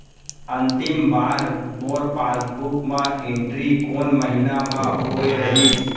अंतिम बार मोर पासबुक मा एंट्री कोन महीना म होय रहिस?